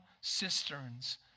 cisterns